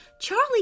Charlie